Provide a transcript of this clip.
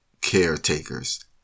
caretakers